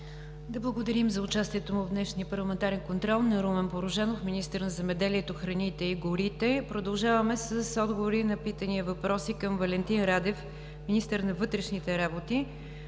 Да благодарим за участастието в днешния парламентарен контрол на Румен Порожанов, министър на земеделието, храните и горите. Продължаваме с отговори на питания и въпроси към Валентин Радев, министър на вътрешните работи.